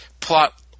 plot